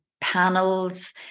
panels